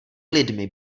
lidmi